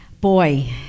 boy